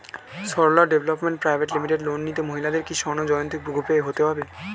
Sarala development private limited loan নিতে মহিলাদের কি স্বর্ণ জয়ন্তী গ্রুপে হতে হবে?